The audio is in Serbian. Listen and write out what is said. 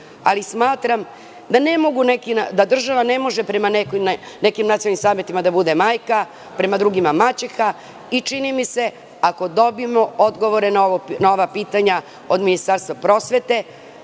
Ali, smatram da država ne može prema nekim nacionalnim savetima da bude majka, prema drugima maćeha i čini mi se ako dobijemo odgovore na ova pitanja od Ministarstva prosvete